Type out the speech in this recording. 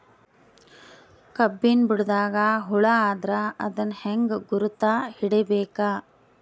ಕಬ್ಬಿನ್ ಬುಡದಾಗ ಹುಳ ಆದರ ಅದನ್ ಹೆಂಗ್ ಗುರುತ ಹಿಡಿಬೇಕ?